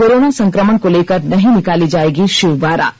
corona संकमण को लेकर नहीं निकाली जायेगी शिव बारात